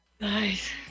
Nice